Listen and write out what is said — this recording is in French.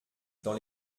dans